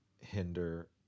hinder